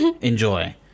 enjoy